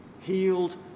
healed